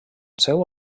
seu